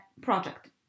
project